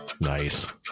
Nice